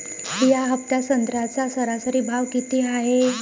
या हफ्त्यात संत्र्याचा सरासरी भाव किती हाये?